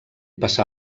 passà